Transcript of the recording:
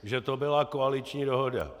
Že to byla koaliční dohoda.